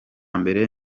mbere